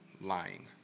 lying